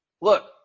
Look